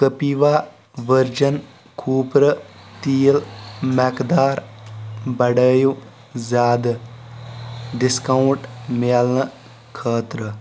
کپیٖوا ؤرجن کھوٗپرٕ تیٖل مٮ۪قدار بڑٲیِو زیادٕ ڈسکاونٛٹ مِلنہٕ خٲطرٕ